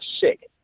sick